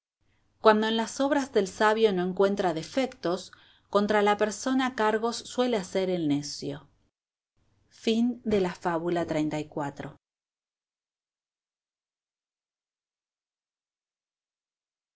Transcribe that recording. cuando en las obras del sabio no encuentra defectos contra la persona cargos suele hacer el necio fábula xxxv